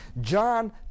John